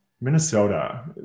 Minnesota